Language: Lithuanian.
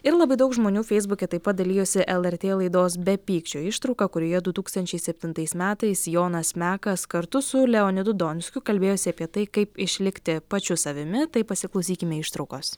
ir labai daug žmonių feisbuke taip pat dalijosi lrt laidos be pykčio ištrauka kurioje du tūkstančiai septintais metais jonas mekas kartu su leonidu donskiu kalbėjosi apie tai kaip išlikti pačiu savimi tai pasiklausykime ištraukos